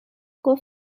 گفت